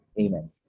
Amen